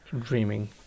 dreaming